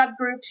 subgroups